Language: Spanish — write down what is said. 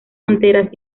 anteras